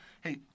hey